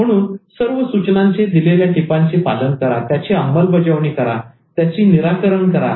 म्हणून सर्व सूचनांचे दिलेल्या टिपाचे पालन करा त्याची अंमलबजावणी करा निराकारण करा